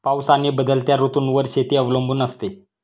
पाऊस आणि बदलत्या ऋतूंवर शेती अवलंबून असते